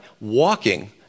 walking